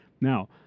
Now